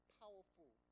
powerful